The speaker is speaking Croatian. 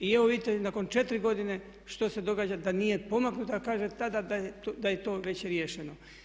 I evo vidite nakon 4 godine što se događa, da nije pomaknuto, a kaže tada da je to već riješeno.